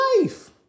life